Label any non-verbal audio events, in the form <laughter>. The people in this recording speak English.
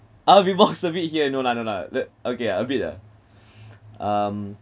I'll beatbox <laughs> a bit here no lah no lah let okay ah a bit ah <breath> um